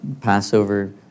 Passover